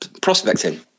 prospecting